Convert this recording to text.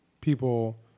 people